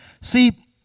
See